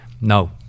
No